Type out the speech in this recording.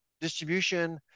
distribution